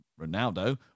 Ronaldo